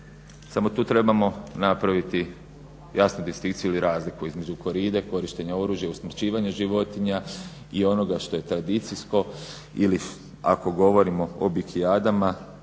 samo tu trebamo napraviti jasnu distinkciju ili razliku između koride, korištenja oružja, usmrćivanje životinja i onoga što je tradicijsko ili ako govorimo o bikijadama